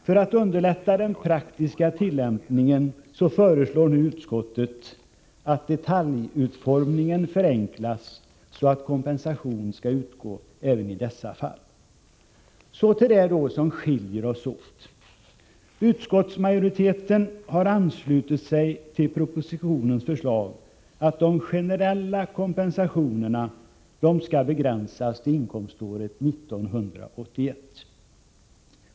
För att underlätta den praktiska tillämpningen föreslår utskottet att detaljutformningen förenklas, så att kompensation utgår även i dessa fall. Så till det som skiljer oss åt. Utskottsmajoriteten har anslutit sig till propositionens förslag om att de generella kompensationerna begränsas till inkomståret 1981.